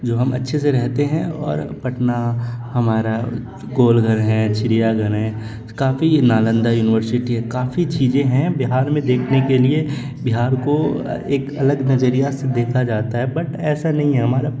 جو ہم اچھے سے رہتے ہیں اور پٹنہ ہمارا گول گھر ہیں چڑیا گھر ہیں کافی نالندہ یونیورسٹی ہے کافی چیزیں ہیں بہار میں دیکھنے کے لیے بہار کو ایک الگ نظریہ سے دیکھا جاتا ہے بٹ ایسا نہیں ہے ہمارا